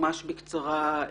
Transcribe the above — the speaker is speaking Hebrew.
ממש בקצרה,